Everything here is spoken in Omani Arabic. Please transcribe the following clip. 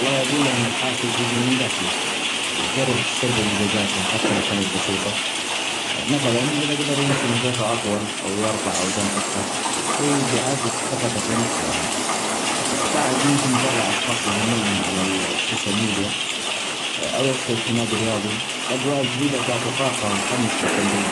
والله أجول أن الحافز يجي من دخله يجرب يسجل إنجازاته حتي لو كانت بسيطة ، مثلا يجدر يمشي مسافة أطول أو يرفع أوزان أكثر شئ بيعزز ثقته بنفسه ، بعد ممكن يتابع أشخاص يهمونه علي ال-السوشيال ميديا أو يشترك في نادي رياضي. الأجواء الجديدة تعطي طاقة وتحمس للتمرين.